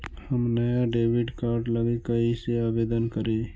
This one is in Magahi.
हम नया डेबिट कार्ड लागी कईसे आवेदन करी?